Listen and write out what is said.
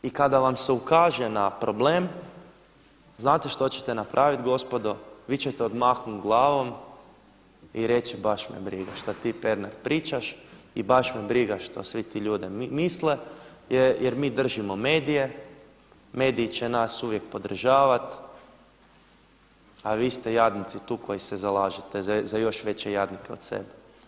I kada vam se ukaže na problem, znate što ćete napraviti gospodo, vi ćete odmahnut glavom i reći baš me briga šta ti Pernar pričaš i baš me briga što ti svi ljudi misle jer mi držimo medije, mediji će nas uvijek podržavati, a vi ste jadnici tu koji se zalažete za još veće jadnike od sebe.